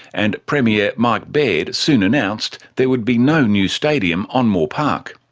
and premier mike baird soon announced there would be no new stadium on moore park.